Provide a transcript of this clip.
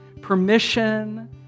permission